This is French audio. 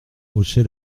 hochait